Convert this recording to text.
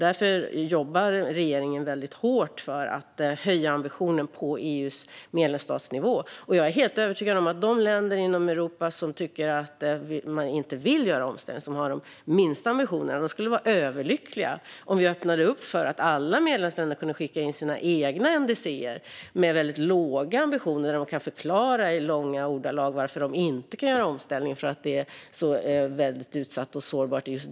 Därför jobbar regeringen väldigt hårt för att höja ambitionen på EU:s medlemsstatsnivå. Jag är helt övertygad om att de länder inom Europa som inte vill göra omställningen och som har de minsta ambitionerna skulle vara överlyckliga om vi öppnade upp för att alla medlemsländer kunde skicka in sina egna NDC:er, med väldigt låga ambitioner, där de kan förklara i långa ordalag att de inte kan göra omställningen därför att just deras land är så väldigt utsatt och sårbart.